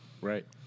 Right